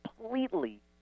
completely